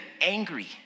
angry